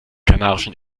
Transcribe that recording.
kanarischen